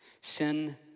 Sin